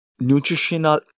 nutritional